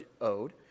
owed